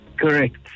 Correct